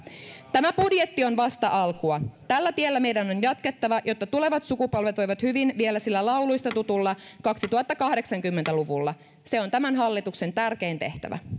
tämä budjetti on vasta alkua tällä tiellä meidän on jatkettava jotta tulevat sukupolvet voivat hyvin vielä sillä lauluista tutulla kaksituhattakahdeksankymmentä luvulla se on tämän hallituksen tärkein tehtävä